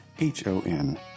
H-O-N